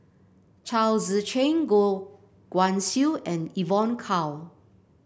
Chao Tzee Cheng Goh Guan Siew and Evon Kow